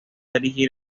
dirigir